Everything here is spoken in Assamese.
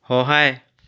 সহায়